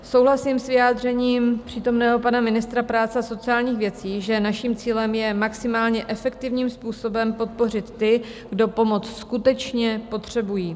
Souhlasím s vyjádřením přítomného pana ministra práce a sociálních věcí, že naším cílem je maximálně efektivním způsobem podpořit ty, kdo pomoc skutečně potřebují.